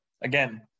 again